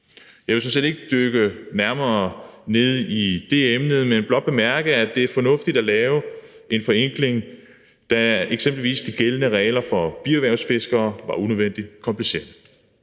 Jeg vil sådan set ikke dykke nærmere ned i det emne, men blot bemærke, at det er fornuftigt at lave en forenkling, da eksempelvis de gældende regler for bierhvervsfiskere var unødvendigt komplicerede.